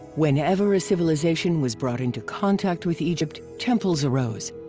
whenever a civilization was brought into contact with egypt, temples arose,